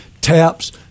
taps